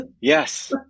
Yes